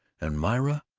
and myra,